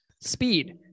Speed